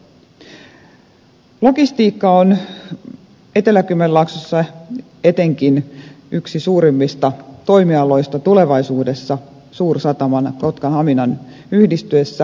logistiikka on etenkin etelä kymenlaaksossa yksi suurimmista toimialoista tulevaisuudessa suursataman kotka haminan yhdistyessä